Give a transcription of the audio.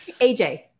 aj